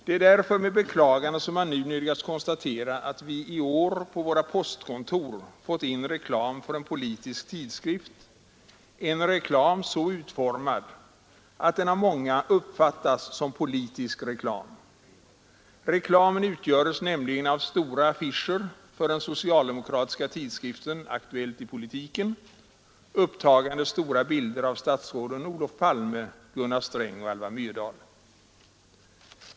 Det är därför med beklagande som man nu nödgas konstatera att vi i år på våra postkontor fått in reklam för en politisk tidskrift, en reklam så utformad, att den av många uppfattas som politisk reklam. Reklamen utgöres nämligen av stora affischer för den socialdemokratiska tidskriften Aktuellt i politiken, upptagande stora bilder av statsråden Olof Palme, Gunnar Sträng och Alva Myrdal.